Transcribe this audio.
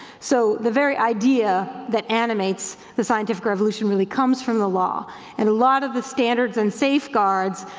so the very idea that animates the scientific revolution really comes from the law and a lot of the standards and safeguards,